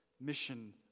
mission